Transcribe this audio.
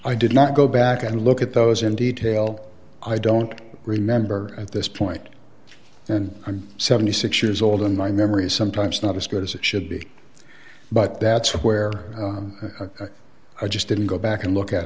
i did not go back and look at those in detail i don't remember at this point and i'm seventy six years old and my memory is sometimes not as good as it should be but that's where i just didn't go back and look at